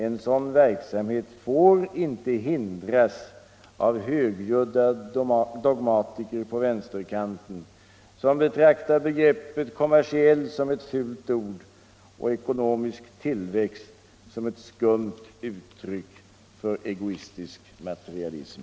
En sådan verksamhet får inte hindras av högljudda dogmatiker på vänsterkanten, som betraktar begreppet kommersiell som ett fult ord och ekonomisk tillväxt som ett skumt uttryck för egoistisk materialism.